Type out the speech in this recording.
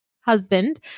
husband